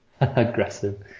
Aggressive